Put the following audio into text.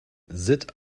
sitt